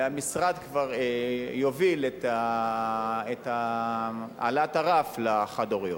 והמשרד כבר יוביל את העלאת הרף לחד-הוריות.